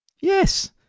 Yes